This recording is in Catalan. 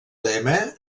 lema